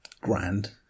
grand